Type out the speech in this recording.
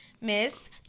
Miss